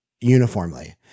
uniformly